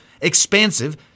expansive